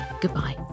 goodbye